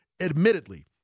admittedly